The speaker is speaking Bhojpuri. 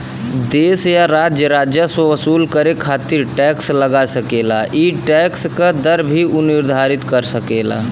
देश या राज्य राजस्व वसूल करे खातिर टैक्स लगा सकेला ई टैक्स क दर भी उ निर्धारित कर सकेला